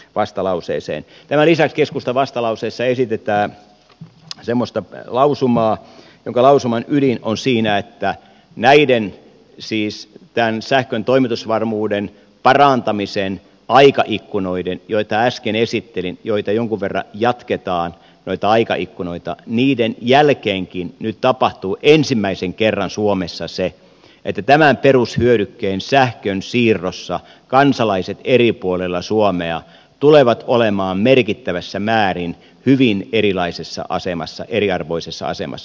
tämän lisäksi keskustan vastalauseessa esitetään semmoista lausumaa jonka lausuman ydin on siinä että näiden siis tämän sähkön toimitusvarmuuden parantamisen aikaikkunoiden joita äsken esittelin joita aikaikkunoita jonkun verran jatketaan jälkeenkin nyt tapahtuu ensimmäisen kerran suomessa se että tämän perushyödykkeen sähkön siirrossa kansalaiset eri puolilla suomea tulevat olemaan merkittävässä määrin hyvin erilaisessa asemassa eriarvoisessa asemassa